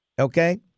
Okay